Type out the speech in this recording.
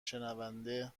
شنونده